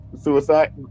Suicide